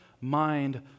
mind